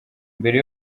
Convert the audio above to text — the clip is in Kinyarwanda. mbere